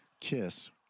KISS